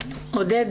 עודד,